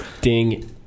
Ding